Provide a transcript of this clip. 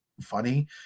funny